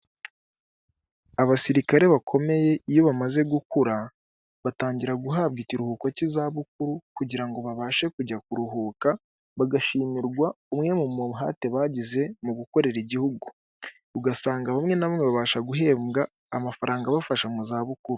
Abasirikare bakomeye iyo bamaze gukura batangira guhabwa ikiruhuko cy'izabukuru kugira ngo babashe kujya kuruhuka bagashimirwa umwe mu muhate bagize mu gukorera igihugu, ugasanga bamwe na bamwe babasha guhembwa amafaranga abafasha mu zabukuru.